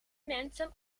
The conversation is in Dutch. mensen